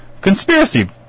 conspiracy